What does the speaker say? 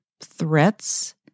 threats